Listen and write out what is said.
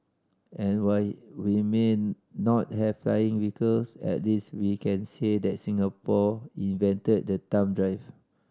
and while we may not have flying vehicles at least we can say that Singapore invented the thumb drive